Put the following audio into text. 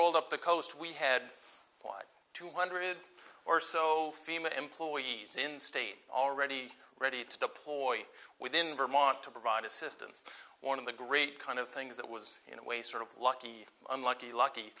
read up the coast we head wide two hundred or so employees in state already ready to deploy within vermont to provide assistance one of the great kind of things that was in a way sort of lucky unlucky lucky